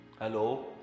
Hello